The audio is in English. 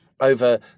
over